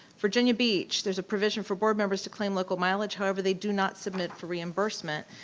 virginia beach, there's a provision for board members to claim local mileage, however they do not submit for reimbursement.